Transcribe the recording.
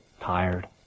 tired